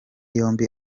yombi